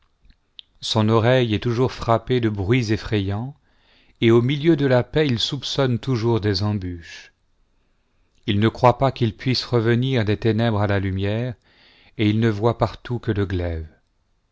son oreille est toujoin-s frappée de bruits effrayants et au milieu de la paix il soupçonne toujours des embûches il ne croit pas qu'il puisse revenir des ténèbres à la lumière et il ne voit partout que le glaive